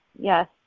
Yes